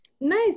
nice